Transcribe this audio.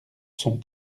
sont